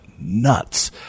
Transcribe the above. nuts